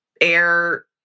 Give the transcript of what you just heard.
air